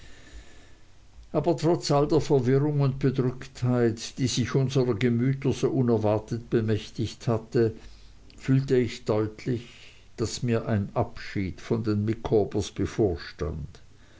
aber trotz all der verwirrung und bedrücktheit die sich unserer gemüter so unerwartet bemächtigt hatte fühlte ich deutlich daß mir ein abschied von den micawbers bevorstand